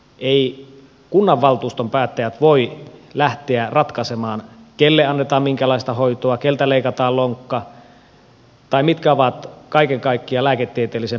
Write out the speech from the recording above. eivät kunnanvaltuuston päättäjät voi lähteä ratkaisemaan kenelle annetaan minkäkinlaista hoitoa keneltä leikataan lonkka tai mitkä ovat kaiken kaikkiaan lääketieteellisen päätöksenteon perusteet